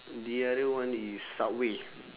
the other one is subway